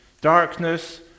Darkness